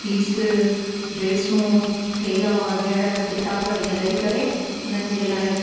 fees ड्रेसूं थैला वग़ैरह किताब हीअं ॾई करे उन्हनि जे लाइ